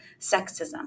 sexism